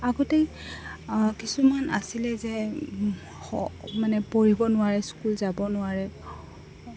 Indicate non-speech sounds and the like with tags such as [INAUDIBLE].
আগতে কিছুমান আছিলে যে [UNINTELLIGIBLE] মানে পঢ়িব নোৱাৰে স্কুল যাব নোৱাৰে